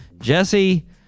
Jesse